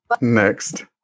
Next